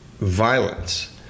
violence